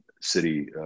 City